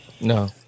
no